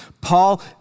Paul